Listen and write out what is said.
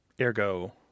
Ergo